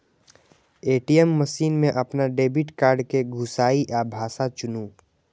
ATM machine मे अपन debit card कें घुसाउ आ भाषा चुनू